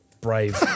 brave